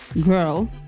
girl